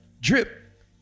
drip